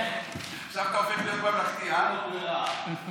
אין לו ברירה.